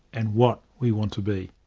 and what, we want to be.